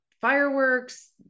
fireworks